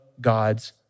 God's